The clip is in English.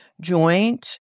joint